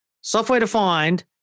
software-defined